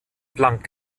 planck